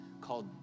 called